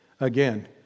Again